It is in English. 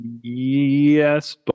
Yes